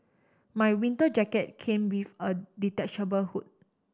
my winter jacket came with a detachable hood